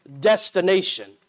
destination